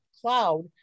cloud